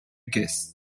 guess